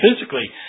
physically